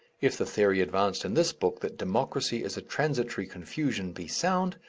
if the theory advanced in this book that democracy is a transitory confusion be sound,